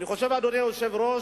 אני חושב, אדוני היושב-ראש,